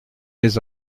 mes